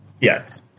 yes